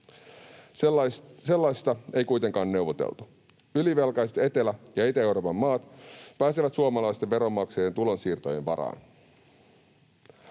Sellaisesta ei kuitenkaan neuvoteltu. Ylivelkaiset Etelä- ja Itä-Euroopan maat pääsevät suomalaisten veronmaksajien tulonsiirtojen varaan.